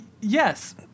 yes